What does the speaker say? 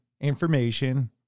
information